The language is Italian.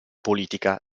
politica